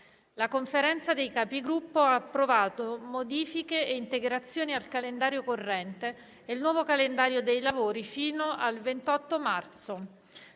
La Conferenza dei Capigruppo ha approvato modifiche e integrazioni al calendario corrente e il nuovo calendario dei lavori fino al 28 marzo.